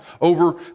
over